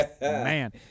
Man